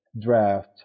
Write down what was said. draft